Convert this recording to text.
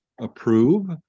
approve